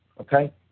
okay